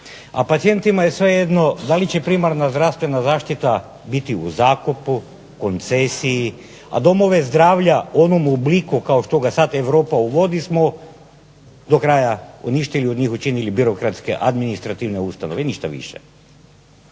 a pacijentima je potpuno svejedno da li će primarna zdravstvena zaštita biti u zakupu, koncesiji, a domove zdravlja u onome obliku kao što ga sada Europa uvodi, smo do kraja uništili od njih učinili birokratske, administrativne ustanove i ništa više.